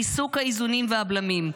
ריסוק האיזונים והבלמים,